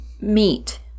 Meat